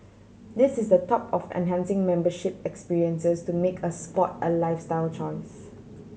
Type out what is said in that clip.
this is the top of enhancing membership experiences to make a sport a lifestyle choice